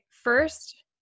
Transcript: first